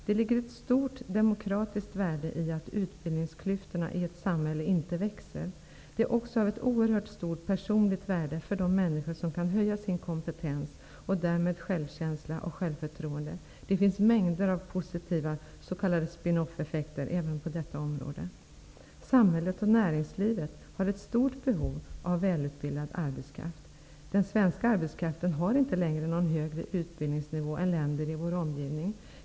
Det ligger ett stort demokratiskt värde i att utbildningsklyftorna i ett samhälle inte växer. Komvux är också av ett oerhört stort personligt värde för de människor som kan höja sin kompetens och därmed självkänsla och självförtroende. Det finns mängder av positiva s.k. Samhället och näringslivet har ett stort behov av välutbildad arbetskraft. Den svenska arbetskraften har inte längre någon högre utbildningsnivå än länderna i vår omgivning.